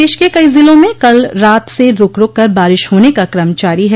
प्रदेश के कई जिलों में कल रात से रूक रूक कर बारिश होने का क्रम जारी है